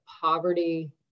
poverty